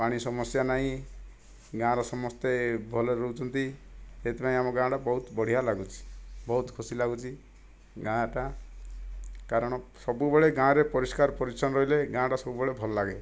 ପାଣି ସମସ୍ୟା ନାହିଁ ଗାଁର ସମସ୍ତେ ଭଲରେ ରହୁଛନ୍ତି ସେଥିପାଇଁ ଆମ ଗାଁଟା ବହୁତ ବଢ଼ିଆ ଲାଗୁଛି ବହୁତ ଖୁସି ଲାଗୁଛି ଗାଁଟା କାରଣ ସବୁବେଳେ ଗାଁରେ ପରିଷ୍କାର ପରିଚ୍ଛନ୍ନ ରହିଲେ ଗାଁଟା ସବୁବେଳେ ଭଲ ଲାଗେ